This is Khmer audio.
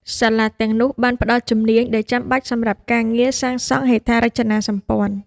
សាលាទាំងនោះបានផ្តល់ជំនាញដែលចាំបាច់សម្រាប់ការងារសាងសង់ហេដ្ឋារចនាសម្ព័ន្ធ។